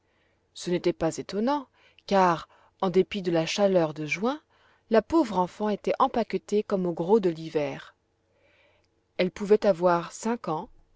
ce n'était pas étonnant car en dépit de la chaleur de juin la pauvre enfant était empaquetée comme au gros de l'hiver elle pouvait avoir cinq ans